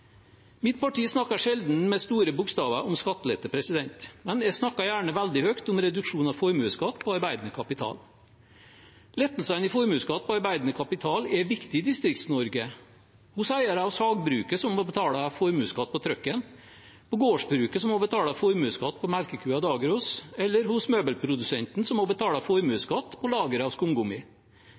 Mitt parti snakker sjelden med store bokstaver om skattelette, men jeg snakker gjerne veldig høyt om reduksjon av formuesskatt på arbeidende kapital. Lettelsene i formuesskatt på arbeidende kapital er viktig i Distrikts-Norge – hos eiere av sagbruket som må betale formuesskatt på trucken, på gårdsbruket som må betale formuesskatt på melkekua Dagros, eller hos møbelprodusenten som må betale formuesskatt på lageret av